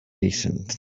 listened